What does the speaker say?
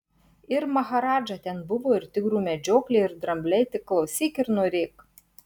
ir maharadža ten buvo ir tigrų medžioklė ir drambliai tik klausyk ir norėk